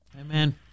Amen